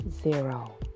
zero